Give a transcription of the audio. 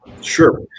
Sure